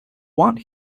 want